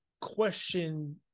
question